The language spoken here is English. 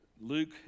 Luke